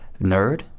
nerd